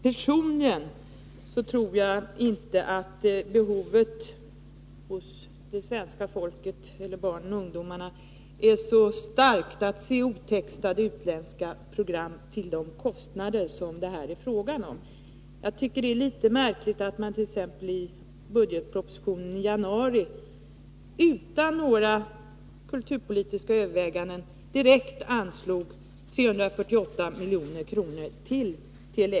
Personligen tror jag inte att behovet hos det svenska folket eller hos barn och ungdom är så starkt att se otextade utländska program till de kostnader som det är fråga om. Jag tycker att det är litet märkligt att man i budgetpropositionen i januari utan några kulturpolitiska överväganden direkt föreslog 348 milj.kr. till Tele-X.